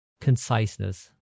Conciseness